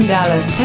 Dallas